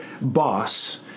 boss